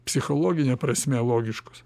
psichologine prasme logiškus